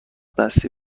دستی